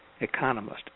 economist